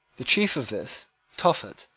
the chief of this tophet,